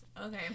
okay